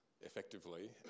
effectively